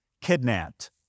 kidnapped